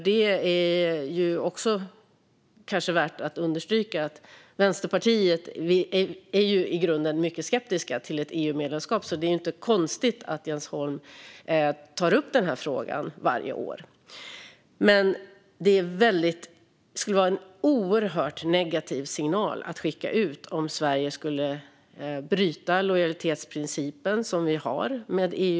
Det kanske också är värt att understryka att Vänsterpartiet är i grunden mycket skeptiskt till ett EU-medlemskap, så det är ju inte konstigt att Jens Holm tar upp den här frågan varje år. Det skulle dock vara en oerhört negativ signal att skicka ut om Sverige bröt den lojalitetsprincip vi har med EU.